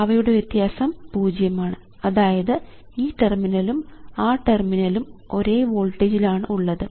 അവയുടെ വ്യത്യാസം പൂജ്യം ആണ് അതായത് ഈ ടെർമിനലും ആ ടെർമിനലും ഒരേ വോൾട്ടേജിൽ ആണ് ഉള്ളത്